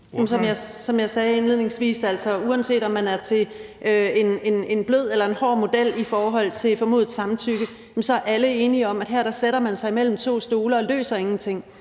Som jeg sagde indledningsvis, at uanset om man er til en blød eller en hård model for formodet samtykke, så er alle enige om, at her sætter man sig imellem to stole og løser ingenting.